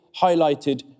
highlighted